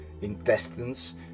intestines